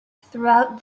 throughout